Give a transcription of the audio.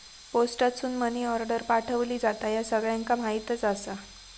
पोस्टासून money order पाठवली जाता, ह्या सगळ्यांका माहीतच आसा